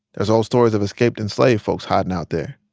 there's old stories of escaped enslaved folks hiding out there.